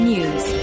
News